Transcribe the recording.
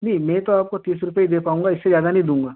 नहीं मैं तो आपको तीस रुपये ही दे पाऊँगा इससे ज़्यादा नहीं दूँगा